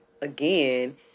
again